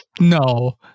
No